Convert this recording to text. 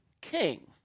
king